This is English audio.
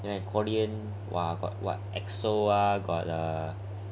then korean !wah! got what EXO ah got